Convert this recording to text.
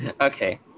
Okay